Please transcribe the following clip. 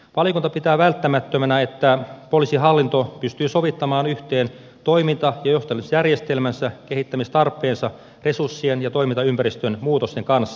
valiokunta pitää välttämättömänä että poliisihallinto pystyy sovittamaan yhteen toiminta ja johtamisjärjestelmänsä kehittämistarpeet resurssien ja toimintaympäristön muutosten kanssa